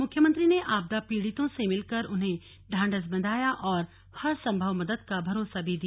मुख्यमंत्री ने आपदा पीड़ितों से मिलकर उन्हें ढांढस बंधाया और हरसंभव मदद का भरोसा भी दिया